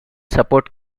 support